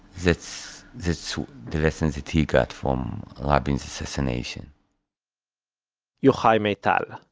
that's that's the lesson that he got from rabin's assassination yochai maital.